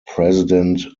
president